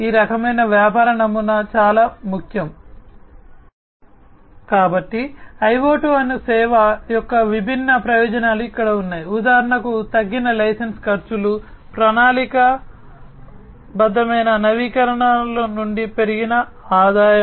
ఈ రకమైన వ్యాపార నమూనా చాలా ముఖ్యం